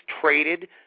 traded